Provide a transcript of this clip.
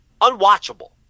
Unwatchable